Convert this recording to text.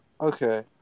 Okay